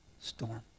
storm